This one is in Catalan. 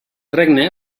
regne